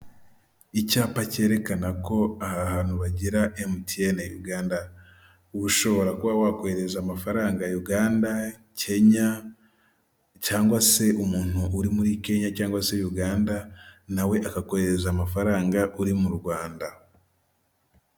Icyapa cyerekana ko aha hantu bagira MTN Uganda, ubu ushobora kuba wakohererereza amafaranga Uganda Kenya cyangwa se umuntu uri muri Kenya cyangwa se Uganda nawe akakohereza amafaranga uri mu Rwanda.